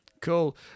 Cool